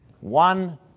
one